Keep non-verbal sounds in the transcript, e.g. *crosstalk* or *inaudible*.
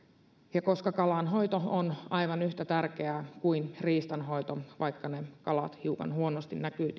ja koska kalanhoito on aivan yhtä tärkeää kuin riistanhoito vaikka ne kalat tietysti hiukan huonosti näkyvät *unintelligible*